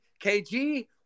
KG